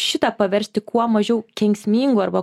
šitą paversti kuo mažiau kenksmingu arba